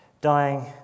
dying